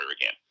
again